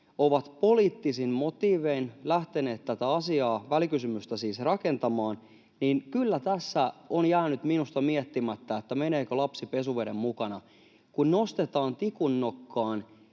ovat poliittisin motiivein lähteneet tätä asiaa, siis välikysymystä, rakentamaan, niin kyllä tässä on jäänyt minusta miettimättä, meneekö lapsi pesuveden mukana, kun nostetaan tikunnokkaan